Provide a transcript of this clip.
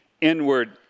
inward